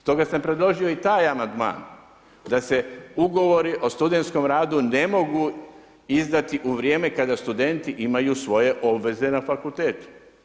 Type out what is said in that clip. Stoga sam predložio i taj amandman, da se ugovori o studentskom radu ne mogu izdati u vrijeme kada studenti imaju svoje obveze na fakultetu.